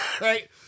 Right